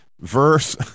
verse